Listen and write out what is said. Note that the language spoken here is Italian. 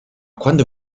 quando